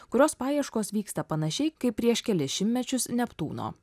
kurios paieškos vyksta panašiai kaip prieš kelis šimtmečius neptūno